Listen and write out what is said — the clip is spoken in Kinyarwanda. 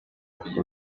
kujya